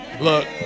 Look